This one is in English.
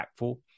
impactful